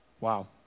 Wow